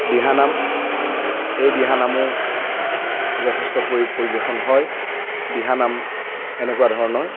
দিহানাম এই দিহানামো যথেষ্টকৈ পৰিৱেশন হয় দিহানাম এনেকুৱা ধৰণৰ